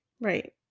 right